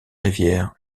rivière